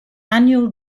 annual